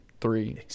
three